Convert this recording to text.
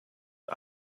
die